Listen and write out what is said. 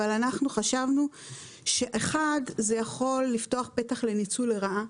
אבל אנחנו חשבנו שזה יכול לפתוח פתח לניצול לרעה.